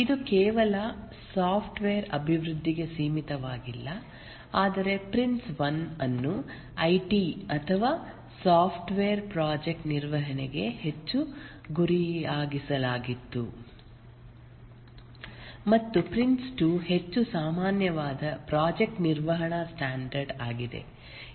ಇದು ಕೇವಲ ಸಾಫ್ಟ್ವೇರ್ ಅಭಿವೃದ್ಧಿಗೆ ಸೀಮಿತವಾಗಿಲ್ಲ ಆದರೆ ಪ್ರಿನ್ಸ್1 ಅನ್ನು ಐಟಿ ಅಥವಾ ಸಾಫ್ಟ್ವೇರ್ ಪ್ರಾಜೆಕ್ಟ್ ನಿರ್ವಹಣೆಗೆ ಹೆಚ್ಚು ಗುರಿಯಾಗಿಸಲಾಗಿತ್ತು ಮತ್ತು ಪ್ರಿನ್ಸ್2 ಹೆಚ್ಚು ಸಾಮಾನ್ಯವಾದ ಪ್ರಾಜೆಕ್ಟ್ ನಿರ್ವಹಣಾ ಸ್ಟ್ಯಾಂಡರ್ಡ್ ಆಗಿದೆ